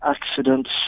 accidents